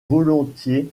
volontiers